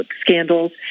scandals